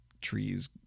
trees